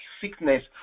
sickness